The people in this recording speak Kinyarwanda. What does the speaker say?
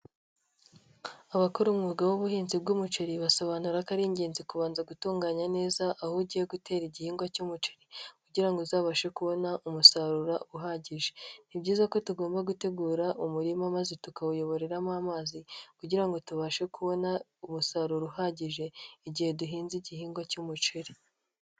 Abakora umwuga w'ubuhinzi bw'umuceri basobanura ko ari ingenzi kubanza gutunganya neza aho ugiye gutera igihingwa cy'umuceri kugirango ngo uzabashe kubona umusaruro uhagije, ni byiza ko tugomba gutegura umurima maze tukawuyoboreramo amazi kugira ngo tubashe kubona umusaruro uhagije igihe duhinze igihingwa cy'umuceri.